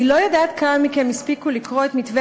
אני לא יודעת כמה מכם הספיקו לקרוא את מתווה